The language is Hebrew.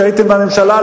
כשהייתם בממשלה,